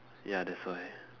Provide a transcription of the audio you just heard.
ya that's why